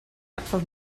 einfach